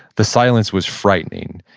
the silence was frightening,